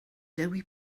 dewi